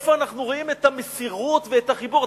איפה אנחנו רואים את המסירות ואת החיבור?